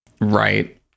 Right